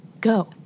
go